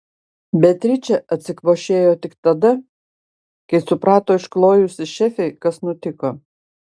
beatričė atsikvošėjo tik tada kai suprato išklojusi šefei kas nutiko